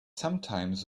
sometimes